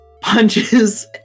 Punches